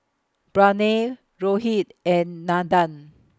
Pranav Rohit and Nandan